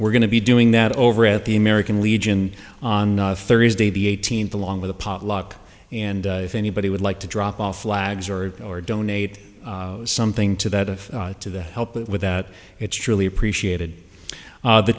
we're going to be doing that over at the american legion on thursday the eighteenth along with a potluck and if anybody would like to drop off flags or or donate something to that of to help with that it's truly appreciated the t